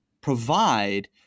provide